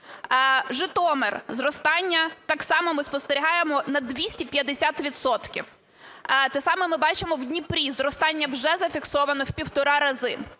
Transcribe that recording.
Житомир: зростання так само ми спостерігаємо на 250 відсотків. Те саме ми бачимо в Дніпрі, зростання вже зафіксовано в півтора рази.